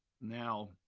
now